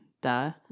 Duh